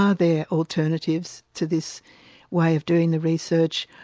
are there alternatives to this way of doing the research,